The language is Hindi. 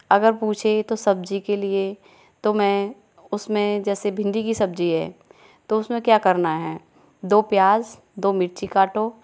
अगर पूछे तो सब्ज़ी के लिए तो मैं उसमें जैसे भिंडी की सब्ज़ी है तो उसमें क्या करना है दो प्याज़ दो मिर्ची काटो